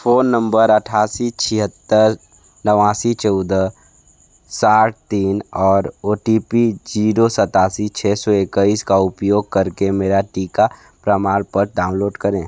phone number अट्ठासी छिहत्तर नवासी चौदह साठ तीन और ओ टी पी जीरो सतासी छ सौ इक्कीस का उपयोग करके मेरा टीका प्रमाणपत्र डाउनलोड करें